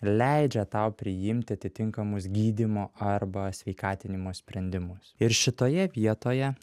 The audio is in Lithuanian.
leidžia tau priimti atitinkamus gydymo arba sveikatinimo sprendimus ir šitoje vietoje